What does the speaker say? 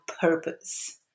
purpose